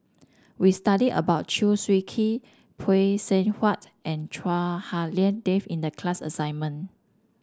we studied about Chew Swee Kee Phay Seng Whatt and Chua Hak Lien Dave in the class assignment